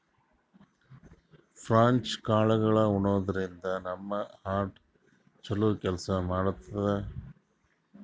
French ಕಾಳ್ಗಳ್ ಉಣಾದ್ರಿನ್ದ ನಮ್ ಹಾರ್ಟ್ ಛಲೋ ಕೆಲ್ಸ್ ಮಾಡ್ತದ್